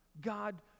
God